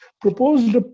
proposed